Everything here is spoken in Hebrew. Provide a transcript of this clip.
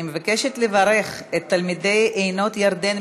אני מבקשת לברך את תלמידי "עינות ירדן"